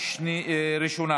אני אוסיף אותך.